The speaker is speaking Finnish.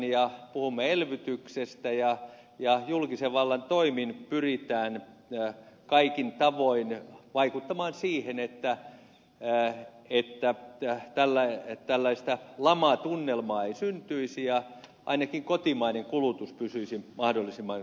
puhumme elvytyksestä ja julkisen vallan toimin pyritään kaikin tavoin vaikuttamaan siihen että tällaista lamatunnelmaa ei syntyisi ja ainakin kotimainen kulutus pysyisi mahdollisimman korkealla